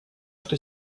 что